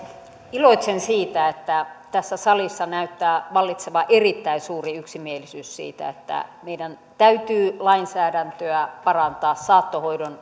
iloitsen siitä että tässä salissa näyttää vallitsevan erittäin suuri yksimielisyys siitä että meidän täytyy lainsäädäntöä parantaa saattohoidon